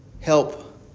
help